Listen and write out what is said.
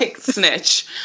snitch